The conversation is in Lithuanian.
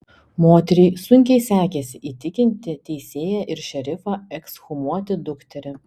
moteriai sunkiai sekėsi įtikinti teisėją ir šerifą ekshumuoti dukterį